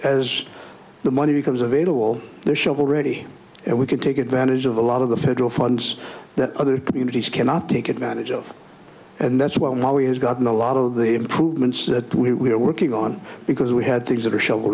as the money becomes available the shovel ready and we can take advantage of a lot of the federal funds that other communities cannot take advantage of and that's why we has gotten a lot of the improvements that we're working on because we had things that are shovel